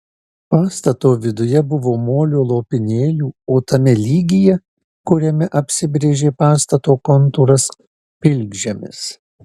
pastato viduje buvo molio lopinėlių o tame lygyje kuriame apsibrėžė pastato kontūras pilkžemis